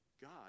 God